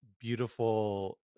beautiful